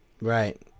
right